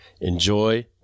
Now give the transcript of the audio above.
enjoy